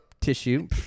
tissue